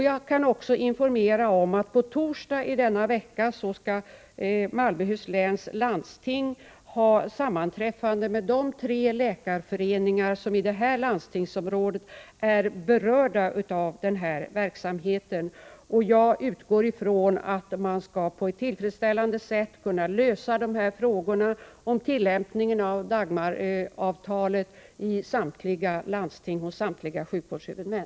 Jag kan också informera om att man i Malmöhus läns landsting på torsdag i denna vecka har ett sammanträffande med de tre läkarföreningar inom landstingsområdet som är berörda av verksamheten. Jag utgår ifrån att man på ett tillfredsställande sätt skall kunna lösa frågorna om tillämpning av Dagmaravtalet i samtliga landsting och beträffande samtliga sjukvårdshuvudmän.